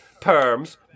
perms